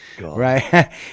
Right